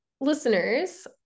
listeners